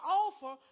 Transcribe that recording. offer